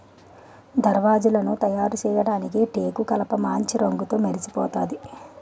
దర్వాజలను తయారుచేయడానికి టేకుకలపమాంచి రంగుతో మెరిసిపోతాది